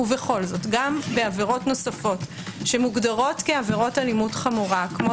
ובכל זאת גם בעבירות נוספות שמוגדרות כעבירות אלימות חמורה כפי